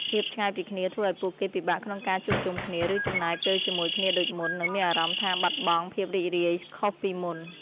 ភាពឆ្ងាយពីគ្នាធ្វើឱ្យពួកគេពិបាកក្នុងការជួបជុំគ្នា ឬចំណាយពេលជាមួយគ្នាដូចមុន នឹងមានអារម្មណ៍ថាបាត់បង់ភាពរីករាយខុសពីមុន ។